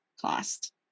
cost